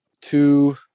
two